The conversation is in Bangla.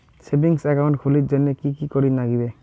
সেভিঙ্গস একাউন্ট খুলির জন্যে কি কি করির নাগিবে?